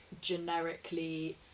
generically